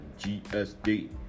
GSD